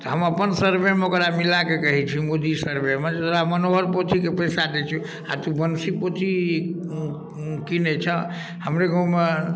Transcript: तऽ हम अपन सर्वेमे ओकर मिला कऽ कहैत छी मोदी सर्वेमे जे तोरा मनोहर पोथीके पैसा दै छिऔ आ तू बंसी पोथी कीनैत छह हमरे गाममे